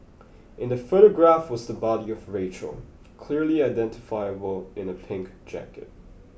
in the photograph was the body of Rachel clearly identifiable in a pink jacket